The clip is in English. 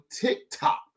TikTok